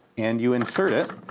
and you insert it